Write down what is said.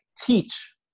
teach